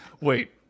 Wait